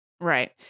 Right